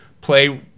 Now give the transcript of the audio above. play